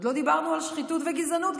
ועוד לא דיברנו על שחיתות וגזענות,